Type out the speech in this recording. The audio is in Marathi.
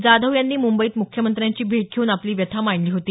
जाधव यांनी मुंबईत मुख्यमंत्र्यांची भेट घेऊन आपली व्यथा मांडली होती